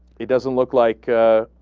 it doesn't look like ah.